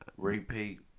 Repeat